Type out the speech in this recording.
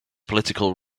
political